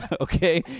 okay